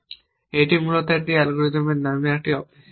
এটি মূলত এই অ্যালগরিদমের নামের একটি অফিসিয়াল নাম